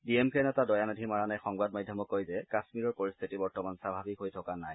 D M কেৰ নেতা দয়ানিধি মাৰানে সংবাদ মাধ্যমক কয় যে কাম্মীৰৰ পৰিস্থিতি স্বাভাৱিক হৈ থকা নাই